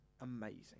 amazing